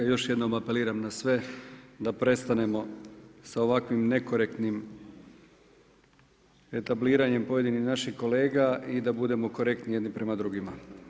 Još jednom apeliram na sve da prestanemo sa ovakvim nekorektnim etabliranjem pojedinih naših kolega i da budemo korektni jedni prema drugima.